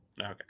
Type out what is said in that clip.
okay